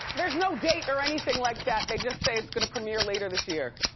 there's no date or anything like that. they just say it's gonna premier later this year,